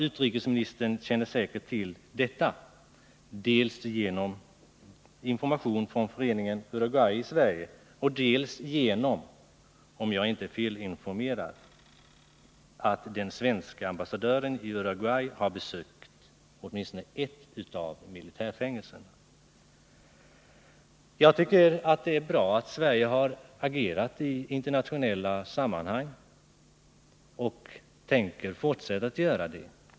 Utrikesministern känner säkert väl till detta dels genom information från föreningen Uruguay i Sverige, dels genom att den svenske ambassadören i Uruguay — om jag inte är felinformerad — har besökt åtminstone ett av militärfängelserna. Jag tycker det är bra att Sverige har agerat i internationella sammanhang och tänker fortsätta att göra det.